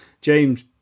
James